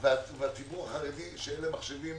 והציבור החרדי שאין להם מחשבים